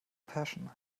passion